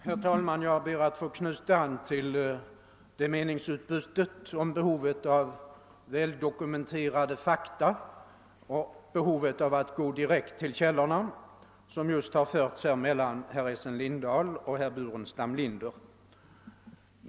Herr talman! Jag ber att få knyta an till det meningsutbyte om behovet av väl dokumenterade fakta och av att gå direkt till källorna, som just förts mellan herr Lindahl och herr Burenstam Linder.